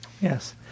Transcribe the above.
Yes